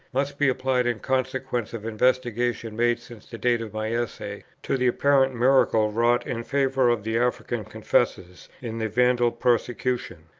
must be applied, in consequence of investigations made since the date of my essay, to the apparent miracle wrought in favour of the african confessors in the vandal persecution.